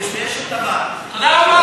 תודה רבה,